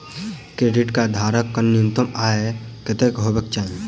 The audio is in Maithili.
क्रेडिट कार्ड धारक कऽ न्यूनतम आय कत्तेक हेबाक चाहि?